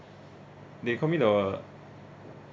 they call me the